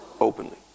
Openly